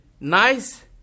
nice